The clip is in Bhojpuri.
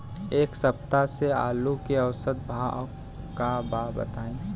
एक सप्ताह से आलू के औसत भाव का बा बताई?